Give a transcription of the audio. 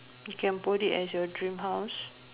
you can put it as your dream house